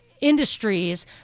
industries